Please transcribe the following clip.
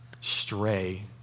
stray